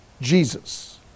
Jesus